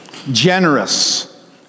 generous